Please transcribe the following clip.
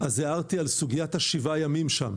אז הערתי על סוגיית השבעה ימים שם,